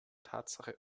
tatsache